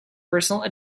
personnel